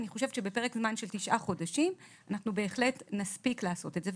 אני חושבת שבפרק זמן של תשעה חודשים אנחנו בהחלט נספיק לעשות את זה.